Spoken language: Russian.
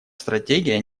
стратегия